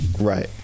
Right